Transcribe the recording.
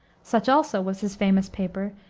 such also was his famous paper,